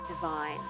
divine